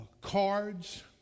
cards